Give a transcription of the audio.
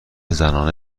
زنانه